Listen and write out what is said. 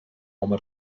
home